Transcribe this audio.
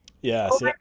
yes